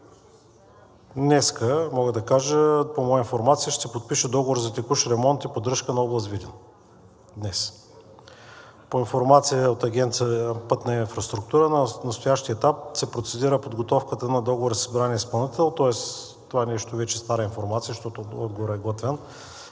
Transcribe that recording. кажа, по моя информация, ще подпиша договор за текущ ремонт и поддръжка за област Видин – днес. По информация от Агенция „Пътна инфраструктура“ на настоящия етап се процедира подготовката на договора с избрания изпълнител, тоест това нещо е вече стара информация, защото отговорът е готвен,